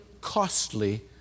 costly